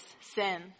sin